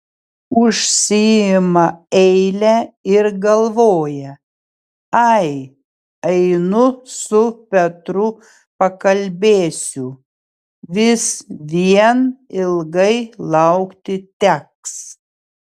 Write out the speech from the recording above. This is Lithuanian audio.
užsiima eilę ir galvoja ai einu su petru pakalbėsiu vis vien ilgai laukti teks